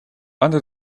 under